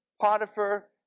Potiphar